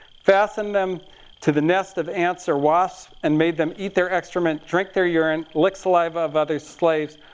fastened them to the nests of ants or wasps. and made them eat their excrement, drink their urine, lick saliva of other slaves.